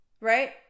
Right